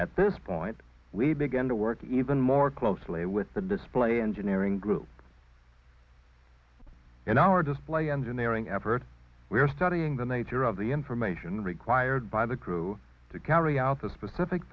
at this point we begin to work even more closely with the display engineering group in our display engineering effort we are studying the nature of the information required by the crew to carry out the specific